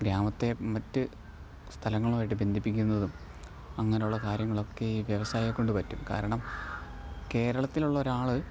ഗ്രാമത്തെ മറ്റു സ്ഥലങ്ങളുമായിട്ട് ബന്ധിപ്പിക്കുന്നതും അങ്ങനെയുള്ള കാര്യങ്ങളൊക്കേ ഈ വ്യവസായിയേക്കൊണ്ട് പറ്റും കാരണം കേരളത്തിലുള്ളൊരാൾ